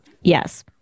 Yes